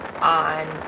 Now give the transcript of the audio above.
on